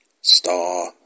star